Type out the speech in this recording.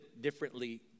differently